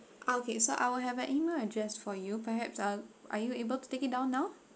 okay so I will have a email address for you perhaps are are you able to take it down now